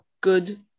good